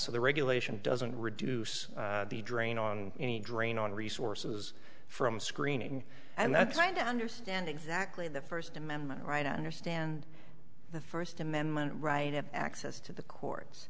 so the regulation doesn't reduce the drain on any drain on resources from screening and that's i don't understand exactly the first amendment right to understand the first amendment right to access to the courts